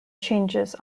changes